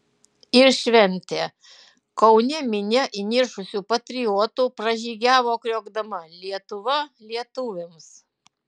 ir šventė kaune minia įniršusių patriotų pražygiavo kriokdama lietuva lietuviams